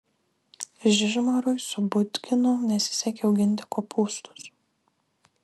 žižmarui su budginu nesisekė auginti kopūstus